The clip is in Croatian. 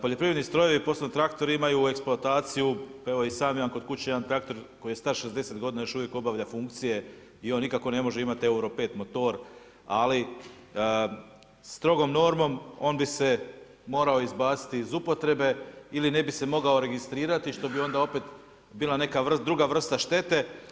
Poljoprivredni strojevi posebno traktori imaju u eksploataciju, pa evo i sam imam kod kuće jedan traktor koji je star 60 godina i još uvijek obavlja funkcije i on nikako ne može imati Euro 5 motor, ali strogom normom on bi se morao izbaciti iz upotrebe ili ne bi se mogao registrirati što bi onda opet bila neka druga vrsta štete.